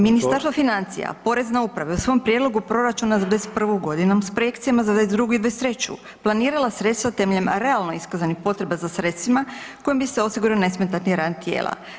Ministarstvo financija, Porezna uprava je u svom prijedlogu proračuna za '21.g. s projekcijama za '22. i '23. planirala sredstva temeljem realno iskazanim potrebama za sredstvima kojim bi se osigurao nesmetani rad tijela.